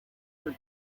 were